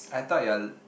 I thought you're